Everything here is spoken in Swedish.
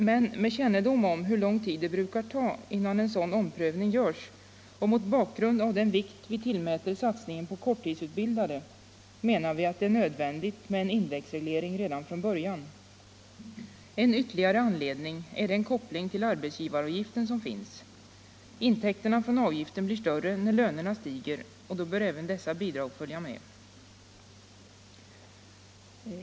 Men med kännedom om hur lång tid det brukar ta innan en sådan omprövning görs, och mot bakgrund av den vikt vi tillmäter satsningen på korttidsutbildade, menar vi att det är nödvändigt med en indexreglering redan från början. En ytterligare anledning är den koppling till arbetsgivaravgiften som finns. Intäkterna från avgiften blir större när lönerna stiger, och då bör även dessa bidrag följa med.